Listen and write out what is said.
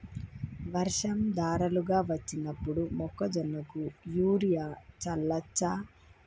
వర్షం ధారలుగా వచ్చినప్పుడు మొక్కజొన్న కు యూరియా చల్లచ్చా?